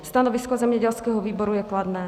Stanovisko zemědělského výboru je kladné.